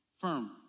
firm